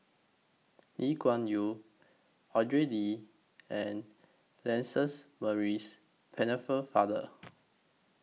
Lee Kuan Yew Andrew Lee and Lances Maurice